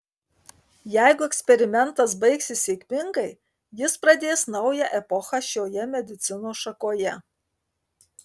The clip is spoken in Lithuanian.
jeigu eksperimentas baigsis sėkmingai jis pradės naują epochą šioje medicinos šakoje